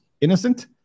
innocent